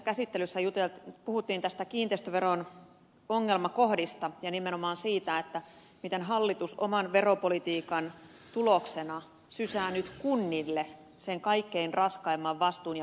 täällä ensimmäisessä käsittelyssä puhuttiin kiinteistöveron ongelmakohdista ja nimenomaan siitä miten hallitus oman veropolitiikkansa tuloksena sysää nyt kunnille sen kaikkein raskaimman vastuun ja päätöksenteon